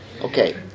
Okay